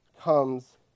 comes